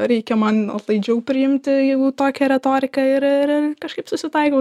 reikia man atlaidžiau priimti jeigu tokia retorika ir ir kažkaip susitaikau